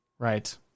Right